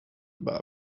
über